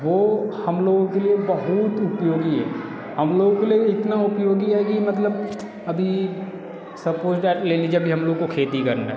वो हम लोगों के लिए बहुत उपयोगी है हम लोगों के लिए इतना उपयोगी है कि मतलब अभी सपोज था ले लीजिए खेती करना